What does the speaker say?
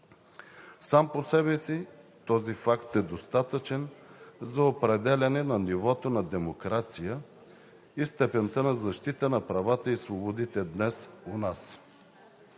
Сам по себе си този факт е достатъчен за определяне на нивото на демокрация и степента на защита на правата и свободите днес у нас.